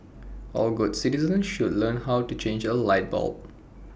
all good citizens should learn how to change A light bulb